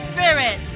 Spirit